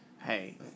Hey